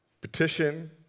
petition